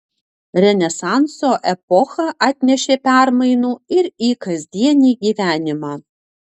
renesanso epocha atnešė permainų ir į kasdienį gyvenimą